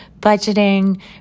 budgeting